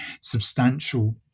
substantial